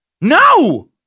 No